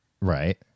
Right